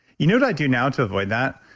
you know what i do now to avoid that?